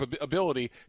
ability